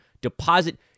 deposit